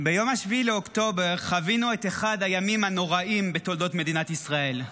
ביום 7 באוקטובר חווינו את אחד הימים הנוראים בתולדות מדינת ישראל,